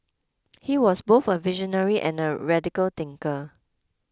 he was both a visionary and a radical thinker